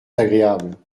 agréable